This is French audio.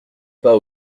pas